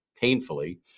painfully